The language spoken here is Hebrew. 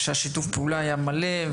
ששיתוף הפעולה היה מלא.